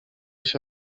się